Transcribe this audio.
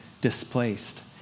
displaced